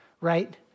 right